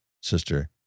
sister